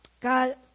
God